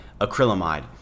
acrylamide